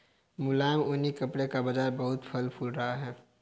मुलायम ऊनी कपड़े का बाजार बहुत फल फूल रहा है